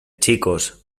chicos